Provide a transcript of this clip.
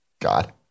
God